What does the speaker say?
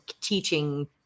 teaching